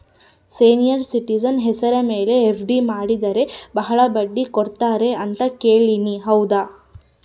Senior citizen ಹೆಸರ ಮೇಲೆ FD ಮಾಡಿದರೆ ಬಹಳ ಬಡ್ಡಿ ಕೊಡ್ತಾರೆ ಅಂತಾ ಕೇಳಿನಿ ಹೌದಾ?